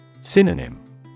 Synonym